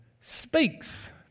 speaks